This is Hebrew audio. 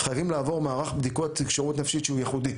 חייבים לעבור מערך בדיקות כשירות נפשית שהוא ייחודי,